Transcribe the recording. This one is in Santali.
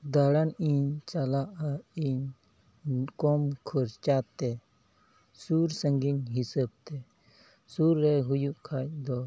ᱫᱟᱲᱟᱱᱤᱧ ᱪᱟᱞᱟᱜᱼᱟ ᱤᱧ ᱠᱚᱢ ᱠᱷᱚᱨᱪᱟᱛᱮ ᱥᱩᱨᱼᱥᱟᱺᱜᱤᱧ ᱦᱤᱥᱟᱹᱵᱽᱛᱮ ᱥᱩᱨ ᱨᱮ ᱦᱩᱭᱩᱜ ᱠᱷᱟᱱᱫᱚ